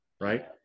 right